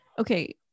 Okay